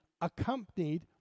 accompanied